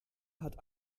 hat